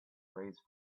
raised